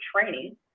training